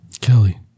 Kelly